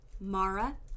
Mara